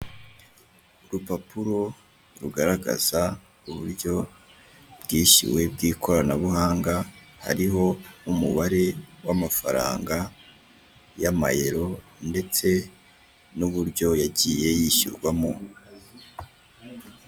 Urupapuro rugaragaza uburyo bwishyuwe bw'ikoranabuhanga, hariho umubare w'amafaranga y'amayero ndetse n'uburyo yagiye yishyurwamo.